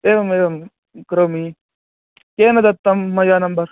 एवम् एवं करोमि केन दत्तं मम नम्बर्